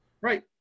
Right